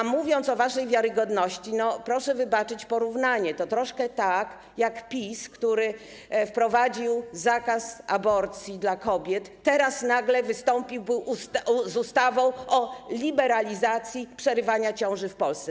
A mówiąc o waszej wiarygodności, proszę wybaczyć porównanie, to trochę tak jak PiS, który wprowadził zakaz aborcji dla kobiet, teraz nagle wystąpił z ustawą o liberalizacji przerywania ciąży w Polsce.